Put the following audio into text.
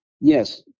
yes